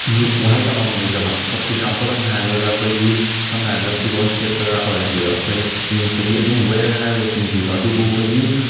ꯂꯣ ꯋꯥꯍꯩ ꯑꯃꯃꯝ ꯂꯩꯖꯕ ꯐꯣꯔ ꯑꯦꯛꯖꯥꯝꯄꯜ ꯑꯣꯏꯅ ꯍꯥꯏꯔꯕꯗ ꯑꯩꯈꯣꯏꯒꯤ ꯁꯝꯅ ꯍꯥꯏꯔꯕꯗ ꯐꯤꯔꯣꯟ ꯁꯦꯠꯄꯗ ꯑꯣꯏꯔꯖꯦꯕ ꯑꯩꯈꯣꯏ ꯏꯪꯂꯤꯁꯇꯗꯤ ꯑꯗꯨꯝ ꯋꯦꯌꯥꯔ ꯍꯥꯏꯔ ꯂꯣꯏꯁꯟꯈꯤꯕ ꯑꯗꯨꯕꯨ ꯑꯩꯈꯣꯏꯒꯤ